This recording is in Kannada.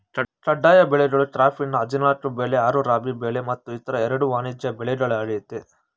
ಕಡ್ಡಾಯ ಬೆಳೆಗಳು ಖಾರಿಫ್ನ ಹದಿನಾಲ್ಕು ಬೆಳೆ ಆರು ರಾಬಿ ಬೆಳೆ ಮತ್ತು ಇತರ ಎರಡು ವಾಣಿಜ್ಯ ಬೆಳೆಗಳಾಗಯ್ತೆ